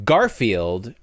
Garfield